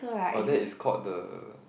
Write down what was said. oh that is called the